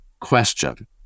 question